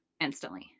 instantly